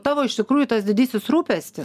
tavo iš tikrųjų tas didysis rūpestis